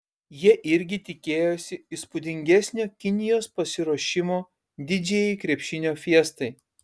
jie irgi tikėjosi įspūdingesnio kinijos pasiruošimo didžiajai krepšinio fiestai